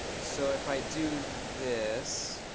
so if i do this,